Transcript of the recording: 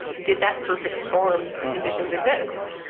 did that perfect storm of conditions exist?